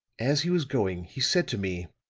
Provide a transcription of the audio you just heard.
as he was going, he said to me